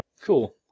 Cool